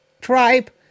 tribe